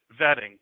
vetting